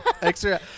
Extra